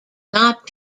not